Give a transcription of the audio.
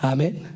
Amen